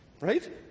Right